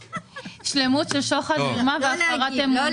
שלמות של שוחד, מרמה והפרת אמונים.